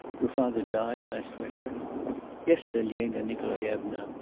your father died last winter yes, elena nikolaevna,